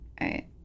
right